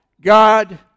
God